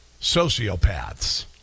sociopaths